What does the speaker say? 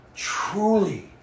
Truly